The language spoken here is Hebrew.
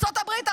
ארצות הברית,